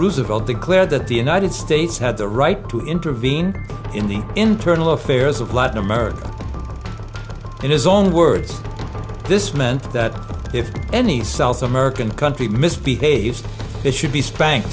roosevelt declared that the united states had the right to intervene in the internal affairs of latin america in his own words this meant that if any south american country misbehaves it should be spanked